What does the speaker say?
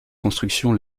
construction